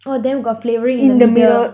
oh then got flavouring in the middle